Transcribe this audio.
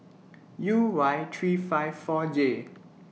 U Y three five four J